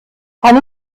kann